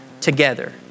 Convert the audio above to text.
together